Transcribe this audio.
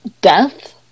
death